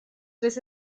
tres